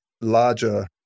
larger